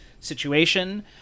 situation